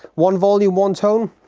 one volume on tone.